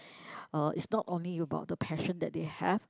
uh it's not only about the passion that they have